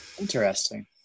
Interesting